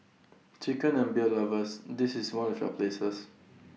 chicken and beer lovers this is one of your places